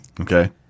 Okay